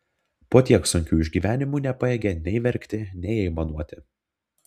po tiek sunkių išgyvenimų nepajėgė nei verkti nei aimanuoti